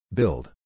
Build